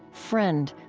friend,